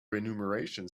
renumeration